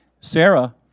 Sarah